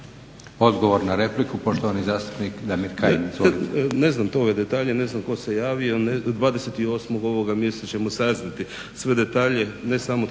Odgovor na repliku, poštovani zastupnik Luka Denona.